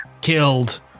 killed